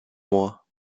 mois